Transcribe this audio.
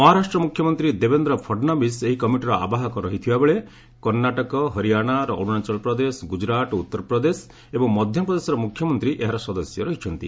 ମହାରାଷ୍ଟ୍ର ମୁଖ୍ୟମନ୍ତ୍ରୀ ଦେବେନ୍ଦ୍ର ଫଡ଼ନାଭିଷ ଏହି କମିଟିର ଆବାହକ ରହିଥିବାବେଳେ କର୍ଣ୍ଣାଟକ ହରିଆଣା ଅରୁଣାଚଳ ପ୍ରଦେଶ ଗୁଜ୍ଜରାଟ ଉତ୍ତରପ୍ରଦେଶ ଏବଂ ମଧ୍ୟପ୍ରଦେଶର ମୁଖ୍ୟମନ୍ତ୍ରୀ ଏହାର ସଦସ୍ୟ ରହିଛନ୍ତି